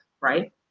right